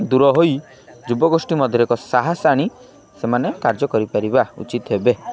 ଦୂର ହୋଇ ଯୁବଗୋଷ୍ଠୀ ମଧ୍ୟରେ ଏକ ସାହାସ ଆଣି ସେମାନେ କାର୍ଯ୍ୟ କରିପାରିବା ଉଚିତ୍ ହେବେ